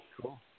cool